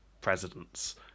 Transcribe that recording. president's